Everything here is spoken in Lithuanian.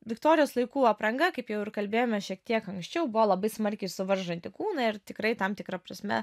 viktorijos laikų apranga kaip jau ir kalbėjome šiek tiek anksčiau buvo labai smarkiai suvaržantį kūną ir tikrai tam tikra prasme